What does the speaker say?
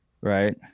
right